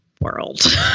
world